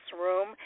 room